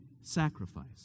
sacrifice